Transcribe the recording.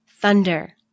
thunder